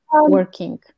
working